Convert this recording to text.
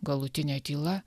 galutinė tyla